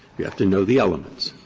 you have to know the elements.